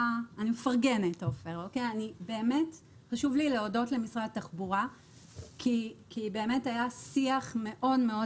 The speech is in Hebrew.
עופר באמת חשוב לי להודות למשרד התחבורה כי באמת היה שיח מאוד-מאוד